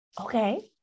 Okay